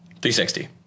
360